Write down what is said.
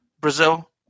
Brazil